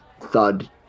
thud